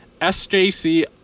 SJC